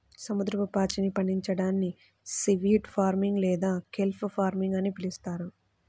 సముద్రపు పాచిని పండించడాన్ని సీవీడ్ ఫార్మింగ్ లేదా కెల్ప్ ఫార్మింగ్ అని పిలుస్తారు